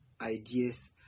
ideas